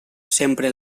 sempre